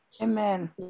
amen